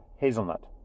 Hazelnut